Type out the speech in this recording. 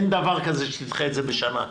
אין דבר כזה שנדחה את זה בשנה.